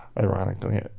Ironically